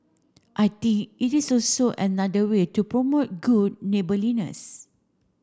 I think it is also another way to promote good neighbourliness